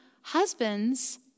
husbands